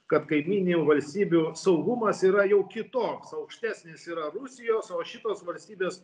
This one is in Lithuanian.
kad kaimyninių valstybių saugumas yra jau kitoks aukštesnis yra rusijos o šitos valstybės